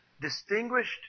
distinguished